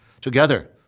Together